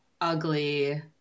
ugly